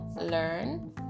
learn